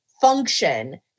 function